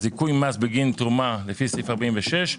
זיכוי מס בגין תרומה לפי סעיף 46,